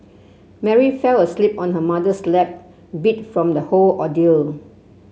Mary fell asleep on her mother's lap beat from the whole ordeal